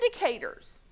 indicators